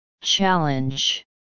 challenge